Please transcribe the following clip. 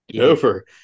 Over